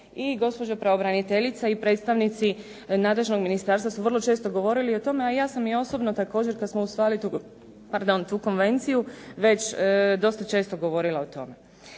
i gospođa pravobraniteljica i predstavnici nadležnog ministarstva su vrlo često govorili o tome, a i ja sam osobno također kada smo usvajali tu konvenciju već dosta često govorila o tome.